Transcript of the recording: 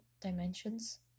dimensions